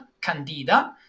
candida